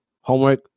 homework